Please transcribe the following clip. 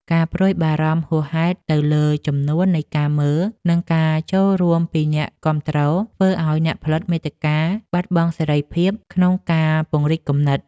ការព្រួយបារម្ភហួសហេតុទៅលើចំនួននៃការមើល និងការចូលរួមពីអ្នកគាំទ្រ ធ្វើឱ្យអ្នកផលិតមាតិកាបាត់បង់សេរីភាពក្នុងការពង្រីកគំនិត។